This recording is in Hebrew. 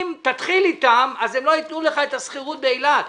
אם תתחיל איתם אז הם לא ייתנו לך את השכירות באילת.